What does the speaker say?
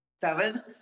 Seven